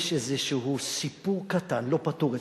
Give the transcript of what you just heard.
יש איזשהו סיפור קטן, לא פתור אצלכם,